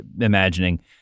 imagining